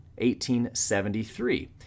1873